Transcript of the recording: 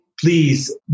Please